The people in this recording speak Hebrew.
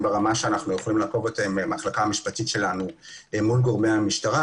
ברמה שאנחנו עוקבים במחלקה המשפטית שלנו מול גורמי המשטרה.